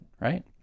right